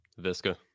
Visca